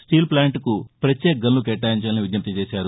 steel ప్లాంట్కు ప్రత్యేక గనులు కేటాయించాలని విజ్ఞప్తి చేశారు